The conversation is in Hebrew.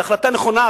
זו החלטה נכונה,